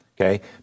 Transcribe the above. okay